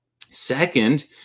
Second